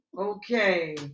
Okay